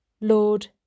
Lord